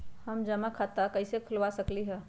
हम जमा खाता कइसे खुलवा सकली ह?